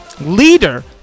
leader